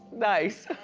nice.